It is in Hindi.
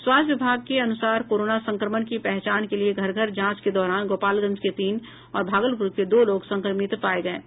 स्वास्थ्य विभाग के अनुसार कोरोना संक्रमण की पहचान के लिए घर घर जांच के दौरान गोपालगंज के तीन और भागलपुर के दो लोग संक्रमित पाये गये हैं